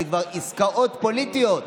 אלה כבר עסקאות פוליטיות.